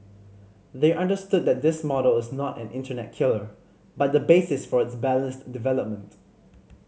they understood that this model is not an internet killer but the basis for its balanced development